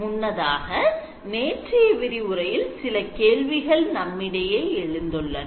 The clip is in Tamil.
முன்னதாக நேற்றைய விரிவுரையில் சில கேள்விகள் நம்மிடையே எழுந்துள்ளன